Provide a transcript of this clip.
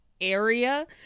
area